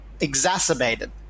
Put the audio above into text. exacerbated